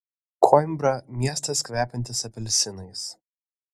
koimbra miestas kvepiantis apelsinais